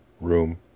room